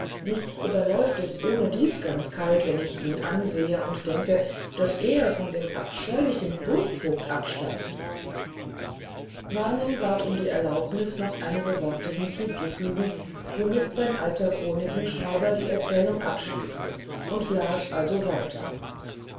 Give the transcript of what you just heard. mich überläuft es ohnedies ganz kalt wenn ich ihn ansehe und denke daß er von dem abscheulichen burgvogt abstammt waring bat um die erlaubnis noch einige worte hinzuzufügen womit sein alter chronikenschreiber die erzählung beschließe und las also weiter